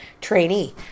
trainee